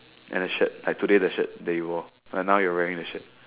and a shirt like today the shirt that you wore like now you're wearing the shirt